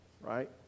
right